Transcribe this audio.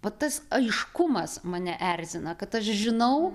o tas aiškumas mane erzina kad aš žinau